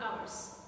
hours